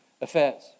affairs